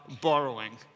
borrowing